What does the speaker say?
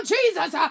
Jesus